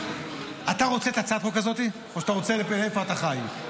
אתה רוצה את הצעת החוק הזאת או שאתה רוצה "איפה אתה חי"?